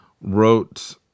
wrote